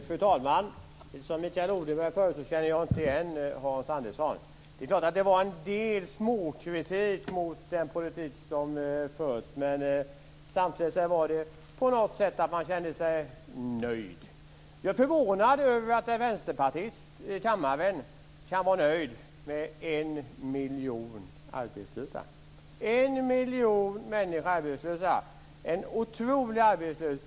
Fru talman! Liksom Mikael Odenberg förut känner jag inte igen Hans Andersson. Det var en del småkritik mot den politik som förs, men samtidigt var det på något sätt så att man kände sig nöjd. Jag är förvånad över att en vänsterpartist i kammaren kan vara nöjd med en miljon arbetslösa - En miljon människor arbetslösa! Det är en otrolig arbetslöshet.